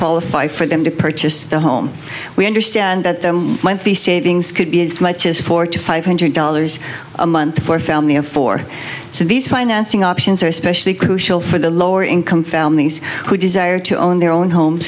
qualify for them to purchase a home we understand that the savings could be as much as four to five hundred dollars a month for a family of four so these financing options are especially crucial for the lower income families who desire to own their own homes